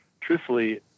truthfully